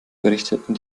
berichteten